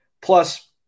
Plus